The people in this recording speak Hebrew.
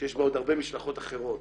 שיש בעוד הרבה משלחות אחרות: